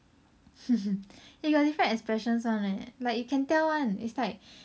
they got different expressions [one] leh like you can tell [one] it's like